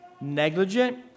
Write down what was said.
negligent